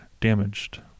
Damaged